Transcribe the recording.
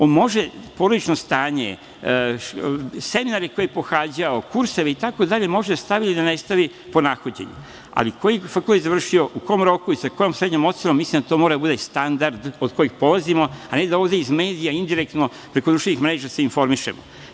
On može porodično stanje, seminare koje je pohađao, kurseve, itd, može da stavi ili ne stavi, po nahođenju, ali koji je fakultet završio, u kom roku i sa kojom srednjom ocenom, mislim da to mora da bude standard od kojeg polazimo, a ne da ovde iz medija, indirektno, preko društvenih mreža se informišemo.